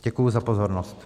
Děkuji za pozornost.